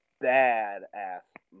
bad-ass